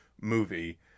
movie